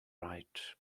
right